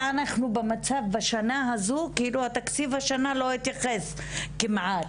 השנה התקציב לא התייחס כמעט.